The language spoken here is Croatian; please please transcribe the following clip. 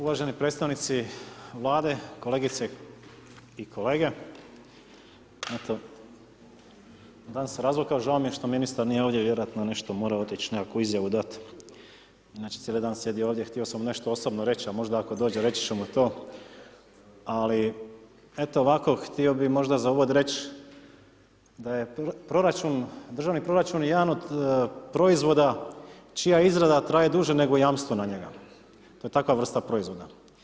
Uvaženi predstavnici Vlade kolegice i kolege. … žao mi je što ministar nije ovdje, vjerojatno je nešto morao otići, nekakvu izjavu dati, inače cijeli dan sjedi ovdje, htio sam mu nešto osobno reći, a možda ako dođe reći ću mu to, ali eto ovako htio bi možda za uvod reći, da je državni proračun jedan od proizvoda, čija izrada traje duže nego jamstvo na njega, to je takva vrsta proizvoda.